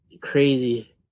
crazy